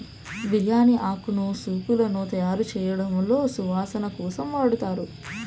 బిర్యాని ఆకును సూపులను తయారుచేయడంలో సువాసన కోసం వాడతారు